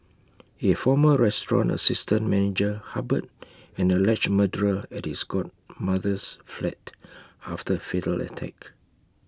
A former restaurant assistant manager harboured an alleged murderer at his godmother's flat after A fatal attack